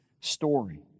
story